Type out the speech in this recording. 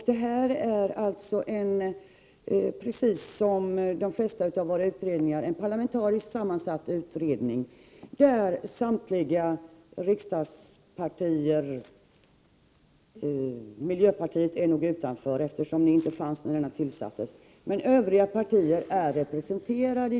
Denna utredning är, precis som de flesta av våra utredningar, parlamentariskt sammansatt, och samtliga riksdagspartier utom miljöpartiet, som inte fanns när utredningen tillsattes, är representerade.